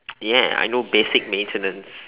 ya I know basic maintenance